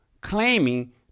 claiming